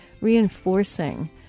reinforcing